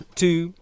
two